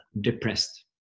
depressed